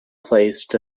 placed